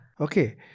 Okay